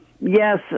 Yes